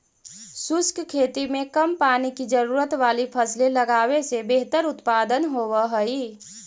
शुष्क खेती में कम पानी की जरूरत वाली फसलें लगावे से बेहतर उत्पादन होव हई